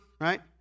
right